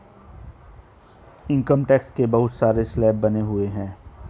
income tax के बहुत सारे स्लैब बने हुए हैं